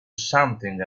something